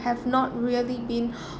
have not really been